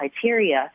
criteria